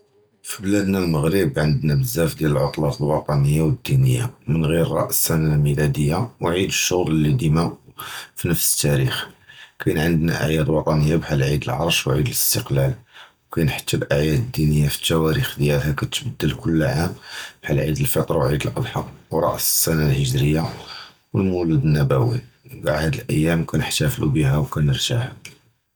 בְּבִלָאדְנָא מְלִגְרִיב קַאנ עַנְדְנָא בְּזַּאפ דִּי לְעֻטְלַאת נַצִ'יוֹנָלִי וְדִּינִיָּה. מִן חַ'לָא רֹאס סָנָה מִילָדִיָּה וְעִיד שׁוּור לִי דִּימָא פִּי נְפְס אִתְתִ'רִיכ, קַאנ עַנְדְנָא עִידַאן נַצִ'יוֹנָלִיּין בּחַ'לָל עִיד לַעְרַש וְעִיד לְאִסְתִיקְלָאל, וְקַאנ חַ'לָא עִידַאן דִּינִיּין פִּתְּוַארִיך דִּיָלְהוּם קִתְתְבַּדֵּל קֻל עָאם בְּחַ'לָל עִיד לְפִיטְר, עִיד לְאַדְחָא וְרֹאס סָנָה הַהִיגְ'רִיָּה וְלְמוּוַלִד אִנְנַבּוּוי. כָּאַמֵל הַאֲדָ'א אִלֵה עִידַאן כְּנַחְתַּפְּלו בִּיהוּ וְכְנִרְתַּاحוּ.